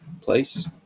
place